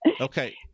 Okay